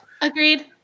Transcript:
agreed